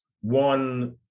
one